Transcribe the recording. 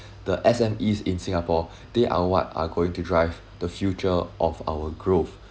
the S_M_Es in singapore they are what are going to drive the future of our growth